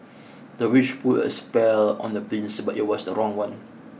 the witch put a spell on the prince but it was the wrong one